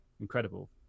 incredible